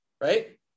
right